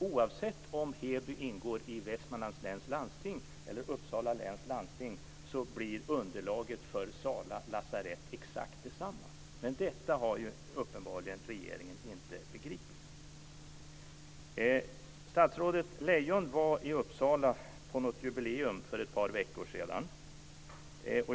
Oavsett om Heby ingår i Västmanlands läns landsting eller Uppsala läns landsting så blir underlaget för Sala lasarett exakt detsamma. Men detta har uppenbarligen regeringen inte begripit. Statsrådet Lejon var i Uppsala på något jubileum för ett par veckor sedan.